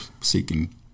seeking